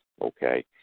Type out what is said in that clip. okay